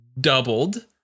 doubled